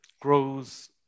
grows